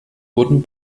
wurden